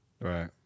right